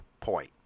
point